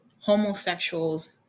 homosexuals